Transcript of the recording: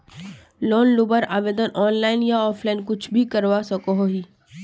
Loan लुबार आवेदन online या ऑफलाइन कुछ भी करवा सकोहो ही?